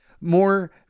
more